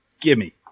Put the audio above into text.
gimme